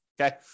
Okay